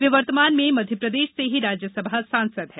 वे वर्तमान में मध्यप्रदेश से ही राज्यसभा सांसद हैं